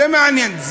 זה מעניין.